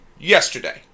yesterday